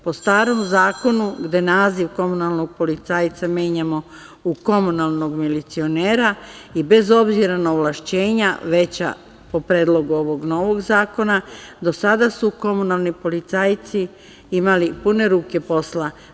Po starom zakonu gde naziv komunalnog policajca menjamo u komunalnog milicionera i bez obzira na ovlašćenja veća po predlogu ovog novog zakona, do sada su komunalni policajci imali pune ruke posla.